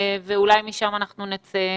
ואולי משם אנחנו נצא מחוזקים.